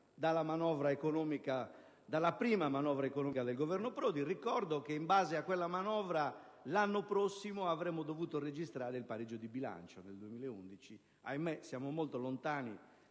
dalla prima manovra economica del Governo Prodi. Ricordo che in base a quella manovra l'anno prossimo, nel 2011, avremmo dovuto registrare il pareggio di bilancio: ahimè, siamo molto lontani